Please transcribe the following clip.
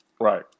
right